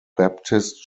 baptist